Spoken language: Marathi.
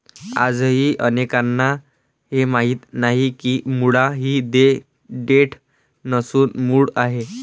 आजही अनेकांना हे माहीत नाही की मुळा ही देठ नसून मूळ आहे